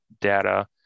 data